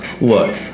Look